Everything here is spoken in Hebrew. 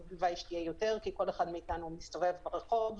הלוואי שיהיו יותר כי כל אחד מאתנו מסתובב ברחוב,